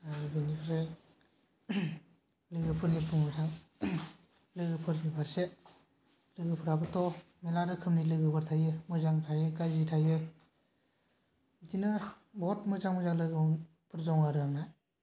आरो बेनिफ्राय लोगोफोरनि बुंनो थांब्ला लोगोफोरनि फारसे लोगोफोराबोथ' मेरला रोखोमनि थायो मोजां थायो गाज्रि थायो बिदिनो बहुथ मोजां मोजां लोगोफोर दं आरो आंना